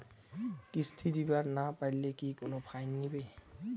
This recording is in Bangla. কিস্তি দিবার না পাইলে কি কোনো ফাইন নিবে?